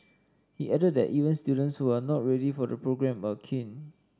he added that even students who are not ready for the programme are keen